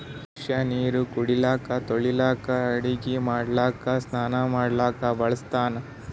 ಮನಷ್ಯಾ ನೀರು ಕುಡಿಲಿಕ್ಕ ತೊಳಿಲಿಕ್ಕ ಅಡಗಿ ಮಾಡ್ಲಕ್ಕ ಸ್ನಾನಾ ಮಾಡ್ಲಕ್ಕ ಬಳಸ್ತಾನ್